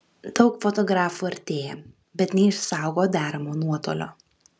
daug fotografų artėja bet neišsaugo deramo nuotolio